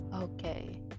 Okay